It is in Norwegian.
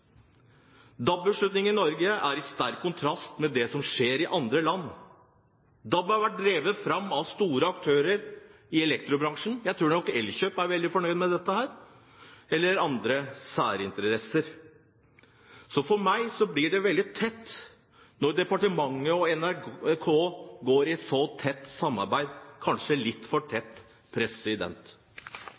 DAB-beslutningen i Norge står i sterk kontrast til det som skjer i andre land. DAB har vært drevet fram av store aktører i elektrobransjen – jeg tror nok Elkjøp er veldig fornøyd med dette – eller andre med særinteresser. Så for meg blir det veldig tett når departementet og NRK går i så tett samarbeid, kanskje litt for tett.